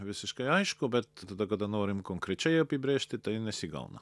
visiškai aišku bet tada kada norim konkrečiai apibrėžti tai nesigauna